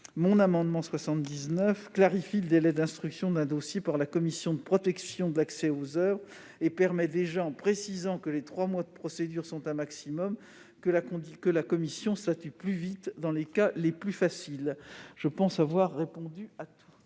Gouvernement clarifie le délai d'instruction d'un dossier par la commission de protection de l'accès aux oeuvres et permet déjà, en précisant que les trois mois de procédure sont un maximum, que la commission statue plus vite dans les cas les plus faciles. Pour cette raison, le